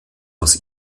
aus